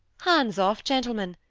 hands off, gentlemen!